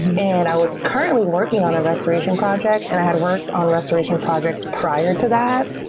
and i was currently working on a restoration project, and i had worked on restoration projects prior to that,